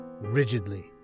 rigidly